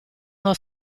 uno